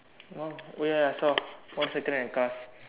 oh ya ya I saw one have